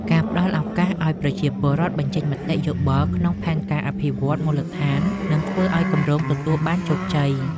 ការផ្តល់ឱកាសឱ្យប្រជាពលរដ្ឋបញ្ចេញមតិយោបល់ក្នុងផែនការអភិវឌ្ឍន៍មូលដ្ឋាននឹងធ្វើឱ្យគម្រោងទទួលបានជោគជ័យ។